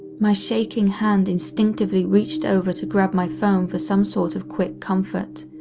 my shaking hand instinctively reached over to grab my phone for some sort of quick comfort.